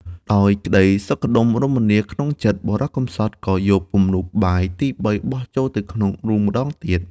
ដោយក្តីសុខដុមរមនាក្នុងចិត្ត បុរសកំសត់ក៏យក ពំនូតបាយទីបីបោះចូលទៅក្នុងរូងម្តងទៀត ។